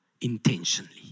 intentionally